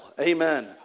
amen